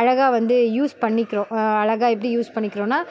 அழகாக வந்து யூஸ் பண்ணிக்கிறோம் அழகாக எப்படி யூஸ் பண்ணிக்கிறோன்னால்